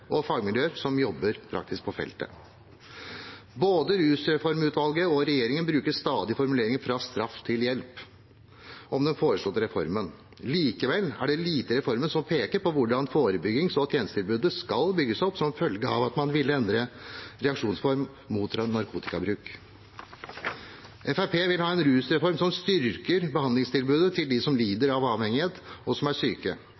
og fagmiljøer som jobber praktisk på feltet. Både rusreformutvalget og regjeringen bruker stadig formuleringen «fra straff til hjelp» om den foreslåtte reformen. Likevel er det lite i reformen som peker på hvordan forebyggings- og tjenestetilbudet skal bygges opp som følge av at man ville endre reaksjonsform mot narkotikabruk. Fremskrittspartiet vil ha en rusreform som styrker behandlingstilbudet til dem som lider av avhengighet og er syke,